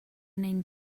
named